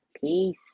Peace